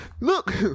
look